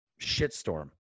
shitstorm